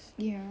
ya